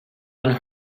one